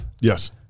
Yes